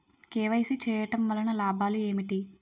KYC చేయటం వలన లాభాలు ఏమిటి?